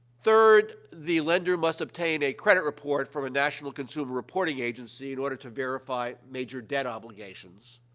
third, the lender must obtain a credit report from a national consumer reporting agency in order to verify major debt obligations.